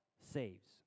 saves